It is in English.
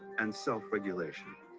and self-regulation.